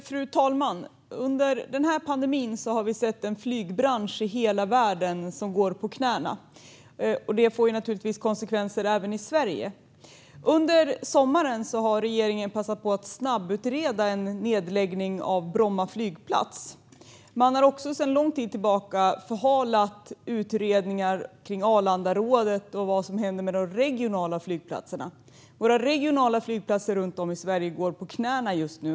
Fru talman! Under den här pandemin har vi sett en flygbransch som går på knäna i hela världen. Det får naturligtvis konsekvenser även i Sverige. Under sommaren har regeringen passat på att snabbutreda en nedläggning av Bromma flygplats. Man har också sedan lång tid tillbaka förhalat utredningar kring Arlandarådet och vad som händer med de regionala flygplatserna. Våra regionala flygplatser runt om i Sverige går på knäna just nu.